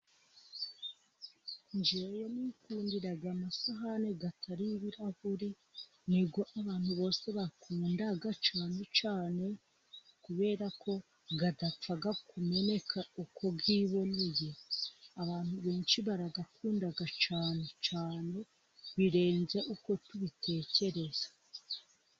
Njyewe nikundira amasahani atari ay'ibirahuri ni yo abantu bose bakunda cyane cyane kubera ko adapfa kumeneka uko yiboneye, abantu benshi barayakunda cyane cyane birenze uko tubitekereza.